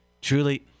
Truly